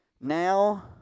now